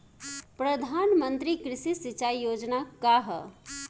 प्रधानमंत्री कृषि सिंचाई योजना का ह?